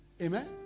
Amen